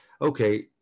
okay